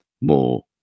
more